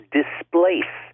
displace